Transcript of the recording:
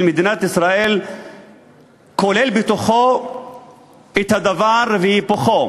מדינת ישראל כולל בתוכו דבר והיפוכו: